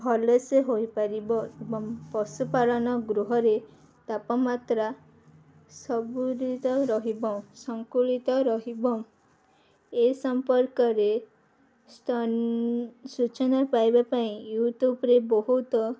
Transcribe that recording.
ଭଲସେ ହୋଇପାରିବ ଏବଂ ପଶୁପାଳନ ଗୃହରେ ତାପମାତ୍ରା ସବୁଳିତ ରହିବ ସଂକୁଳିତ ରହିବ ଏ ସମ୍ପର୍କରେ ସୂଚନା ପାଇବା ପାଇଁ ୟୁଟ୍ୟୁବ୍ରେ ବହୁତ